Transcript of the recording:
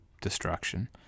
destruction